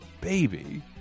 baby